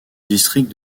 district